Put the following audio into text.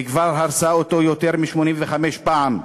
וכבר הרסה אותו יותר מ-85 פעם?